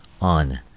on